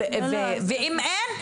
ואם אין,